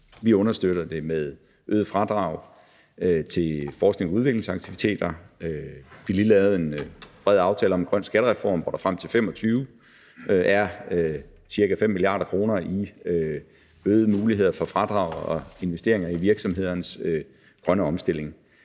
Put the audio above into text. Vi understøtter det med øget fradrag til forsknings- og udviklingsaktiviteter. Vi har lige lavet en bred aftale om en grøn skattereform, hvor der frem til 2025 er ca. 5 mia. kr. i øgede muligheder for fradrag og investeringer i virksomhedernes grønne omstilling.